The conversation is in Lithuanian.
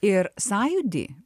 ir sąjūdį